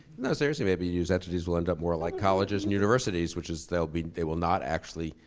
no seriously. maybe news entities will end up more like colleges and universities which is they'll be, they will not actually,